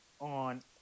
on